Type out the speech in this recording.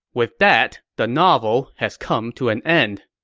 with that, the novel has come to an end.